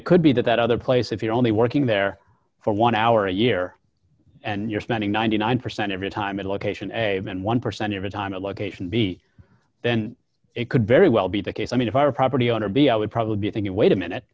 it could be that that other place if you're only working there for one hour a year and you're spending ninety nine percent every time at a location a than one percent of it on a location b then it could very well be the case i mean if i were a property owner b i would probably be thinking wait a minute